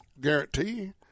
guarantee